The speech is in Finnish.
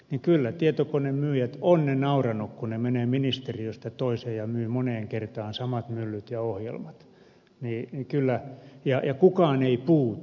kyllä tietokonemyyjät ovat nauraneet kun menevät ministeriöstä toiseen ja myyvät moneen kertaan samat myllyt ja ohjelmat ja kukaan ei puutu